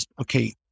okay